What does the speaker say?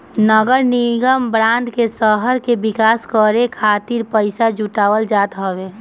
नगरनिगम बांड में शहर के विकास करे खातिर पईसा जुटावल जात हवे